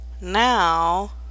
Now